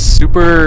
super